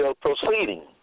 proceeding